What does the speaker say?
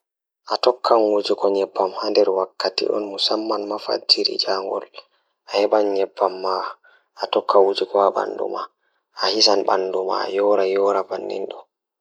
Jokkondir ndiyam ngam sabu hokkondir moƴƴaare so tawii ƴellii sabu ndiyam ɗe. Miɗo waawi heɓugol lotion walla cream ngoni moƴƴaare. Ɓeydu ko nguurndam he skin ngal sabu, njiddaade kadi holla sabu gasa ɓuri. Ko feewde, waawataa hokka lotion ngam njiddaade fowrude sabu kadi waɗtude ndiyam e leɗɗi ngal sabu waawataa njiddaade sabu.